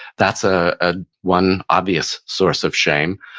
that's ah ah one obvious source of shame.